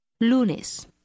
Lunes